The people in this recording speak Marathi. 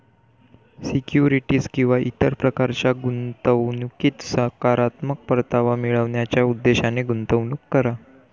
सिक्युरिटीज किंवा इतर प्रकारच्या गुंतवणुकीत सकारात्मक परतावा मिळवण्याच्या उद्देशाने गुंतवणूक करा